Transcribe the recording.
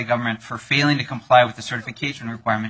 government for failing to comply with the certification requirement